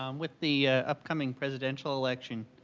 um with the upcoming presidential election,